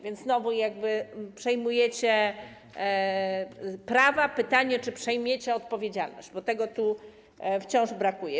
Więc znowu przejmujecie prawa, pytanie, czy przejmiecie odpowiedzialność, bo tego tu wciąż brakuje.